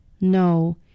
No